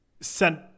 sent